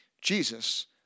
Jesus